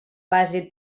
base